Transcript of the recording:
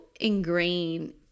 ingrained